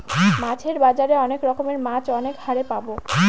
মাছের বাজারে অনেক রকমের মাছ অনেক হারে পাবো